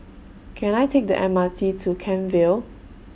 Can I Take The M R T to Kent Vale